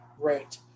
great